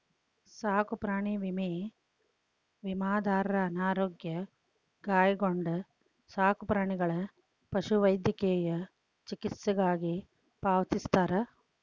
ಸಾಕುಪ್ರಾಣಿ ವಿಮೆ ವಿಮಾದಾರರ ಅನಾರೋಗ್ಯ ಗಾಯಗೊಂಡ ಸಾಕುಪ್ರಾಣಿಗಳ ಪಶುವೈದ್ಯಕೇಯ ಚಿಕಿತ್ಸೆಗಾಗಿ ಪಾವತಿಸ್ತಾರ